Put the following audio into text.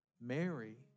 Mary